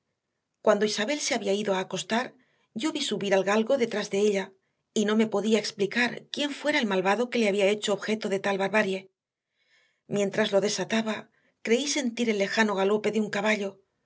cuando isabel se había ido a acostar yo vi subir al galgo detrás de ella y no me podía explicar quién fuera el malvado que le había hecho objeto de tal barbarie mientras lo desataba creí sentir el lejano galope de un caballo